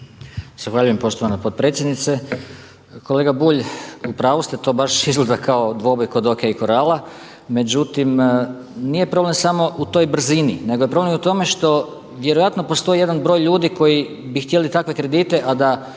Zahvaljujem poštovana potpredsjednice. Kolega Bulj u pravu ste, to baš izgleda kao dvoboj kod O.k. Corrala. Međutim, nije problem samo u toj brzini, nego je problem u tome što vjerojatno postoji jedan broj ljudi koji bi htjeli takve kredite a da